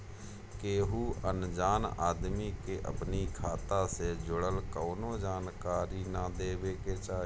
केहू अनजान आदमी के अपनी खाता से जुड़ल कवनो जानकारी ना देवे के चाही